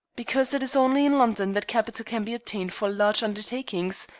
because it is only in london that capital can be obtained for large undertakings,